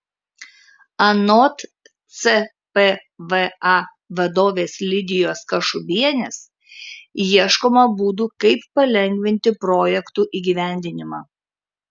anot cpva vadovės lidijos kašubienės ieškoma būdų kaip palengvinti projektų įgyvendinimą